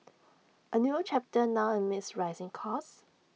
A new chapter now amid rising costs